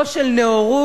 לא של נאורות,